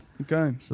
Okay